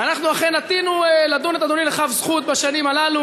אנחנו אכן נטינו לדון את אדוני לכף זכות בשנים הללו